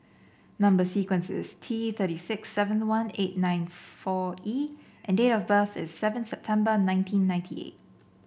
number sequence is T thirty six seven one eight nine four E and date of birth is seven September nineteen ninety eight